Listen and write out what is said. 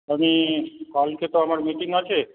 আমি কালকে তো আমার মিটিং আছে